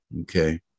Okay